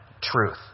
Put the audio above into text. truth